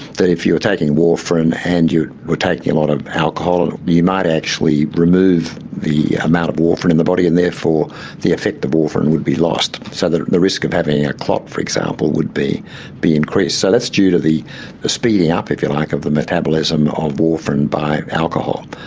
if you were taking warfarin and you were taking a lot of alcohol, and you might actually remove the amount of warfarin in the body and therefore the effect of warfarin would be lost. so the the risk of having a clot, for example, would be be increased. so that's due to the the speeding up, if you like, of the metabolism of warfarin by alcohol.